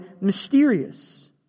mysterious